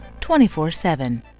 24-7